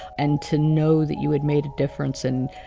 and to know that you had made a difference and